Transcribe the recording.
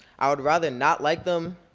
i would rather not like them.